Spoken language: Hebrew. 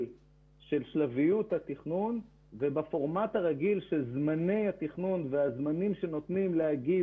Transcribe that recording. של שלביות התכנון ובפורמט הרגיל של זמני התכנון והזמנים שנותנים להגיב